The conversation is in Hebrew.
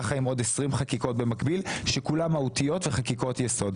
ככה עם עוד 20 חקיקות במקביל כשכולן מהותיות וחקיקות יסוד.